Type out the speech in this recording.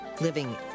Living